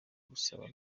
gusaba